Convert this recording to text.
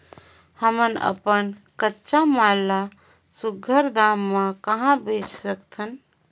हमन अपन कच्चा माल ल सुघ्घर दाम म कहा बेच सकथन?